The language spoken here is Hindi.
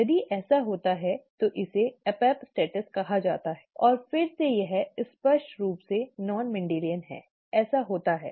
यदि ऐसा होता है तो इसे एपिस्टासिस कहा जाता है और फिर से यह स्पष्ट रूप से नॉन मेंडेलियन है ऐसा होता है